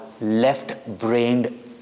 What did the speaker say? left-brained